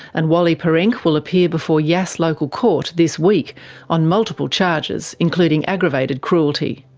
and wally perenc will appear before yass local court this week on multiple charges, including aggravated cruelty.